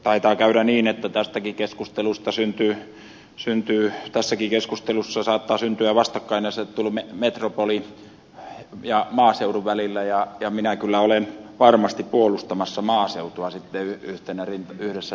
taitaa käydä niin että tässäkin keskustelussa saattaa syntyä vastakkainasettelu metropolin ja maaseudun välillä ja minä kyllä olen sitten varmasti puolustamassa maaseutua yhdessä rintamassa